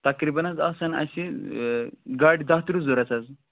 نقریٖبَن حظ آسَن اَسہِ گاڑِ دَہ ترٕٛہ ضروٗرت حظ